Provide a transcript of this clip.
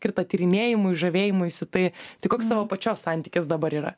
skirta tyrinėjimui žavėjimuisi tai tai koks tavo pačios santykis dabar yra